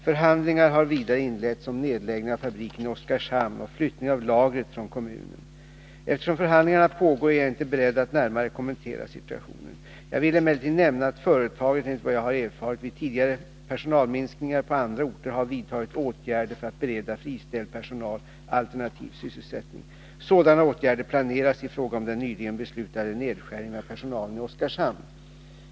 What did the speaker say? Förhandlingar har vidare inletts om nedläggning av fabriken i Oskarshamn och flyttning av lagret från kommunen. Eftersom förhandlingarna pågår är jag inte beredd att närmare kommentera situationen. Jag vill emellertid nämna att företaget enligt vad jag har erfarit vid tidigare personalminskningar på andra orter har vidtagit åtgärder för att bereda friställd personal alternativ sysselsättning. Sådana åtgärder planeras i fråga om den nyligen beslutade nedskärningen av personalen i Oskarshamn.